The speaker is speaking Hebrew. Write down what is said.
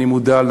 אני מודע,